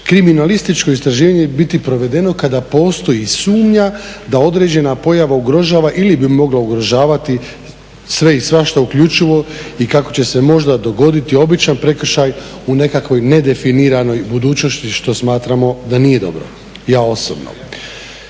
kriminalističko istraživanje biti provedeno kada postoji sumnja da određena pojava ugrožava ili bi mogla ugrožavati sve i svašta uključivo i kako će se možda dogoditi običan prekršaj u nekakvoj nedefiniranoj budućnosti što smatramo da nije dobro, ja osobno.